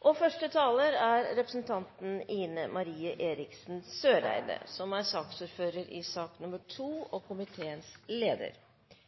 FNs legitimitet og evne til å oppfylle sine hovedfunksjoner som en normativ politisk og operasjonell aktør avhenger av at organisasjonen oppleves som relevant og